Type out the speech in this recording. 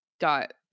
got